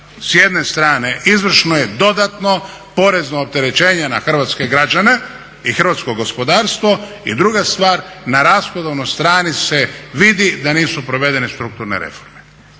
s jedne strane izvršeno je dodatno porezno opterećenje na hrvatske građane i hrvatsko gospodarstvo i druga stvar, na rashodovnoj strani se vidi da nisu provedene strukturne reforme,